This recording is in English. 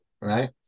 Right